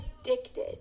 addicted